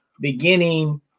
beginning